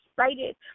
excited